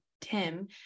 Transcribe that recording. Tim